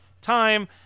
time